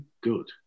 good